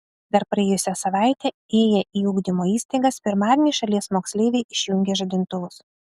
dar praėjusią savaitę ėję į ugdymo įstaigas pirmadienį šalies moksleiviai išjungė žadintuvus